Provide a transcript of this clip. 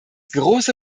große